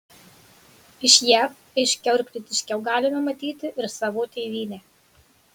iš jav aiškiau ir kritiškiau galime matyti ir savo tėvynę